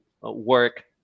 work